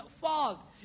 fault